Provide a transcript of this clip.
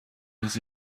this